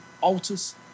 altars